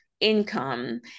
income